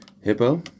Hippo